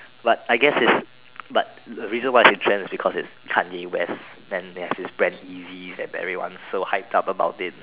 but I guess is but the reason why is in trend is because Kanye-West then there's this brand Yeezy and everyone so hype up about it